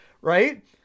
right